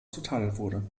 zuteilwurde